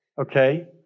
Okay